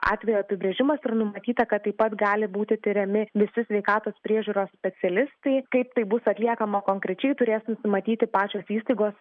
atvejo apibrėžimas ir numatyta kad taip pat gali būti tiriami visi sveikatos priežiūros specialistai kaip tai bus atliekama konkrečiai turės nusimatyti pačios įstaigos